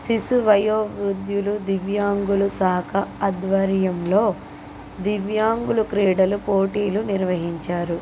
శిశు వయో వృద్దులు దివ్యాంగులు సహకార్ ఆధ్వర్యంలో దివ్యాంగుల క్రీడల పోటీలు నిర్వహించారు